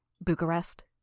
Bucharest